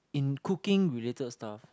in cooking related stuff